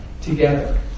together